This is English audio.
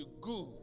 good